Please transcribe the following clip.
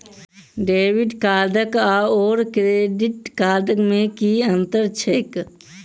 Debit card आओर credit card मे की अन्तर छैक?